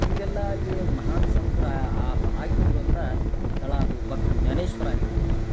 ಇವರೆಲ್ಲ ಅಲ್ಲಿ ಮಹಾನು ಸಂತರು ಹ ಆಗಿ ಹೋಗಿರುವಂಥಾ ಸ್ಥಳ ಅದು ಭಕ್ತ ಜ್ಞಾನೇಶ್ವರ ಆಗಿರ್ಬೋದು